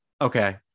Okay